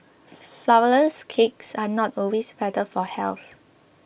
Flourless Cakes are not always better for health